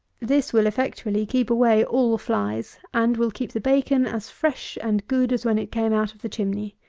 this will effectually keep away all flies and will keep the bacon as fresh and good as when it came out of the chimney,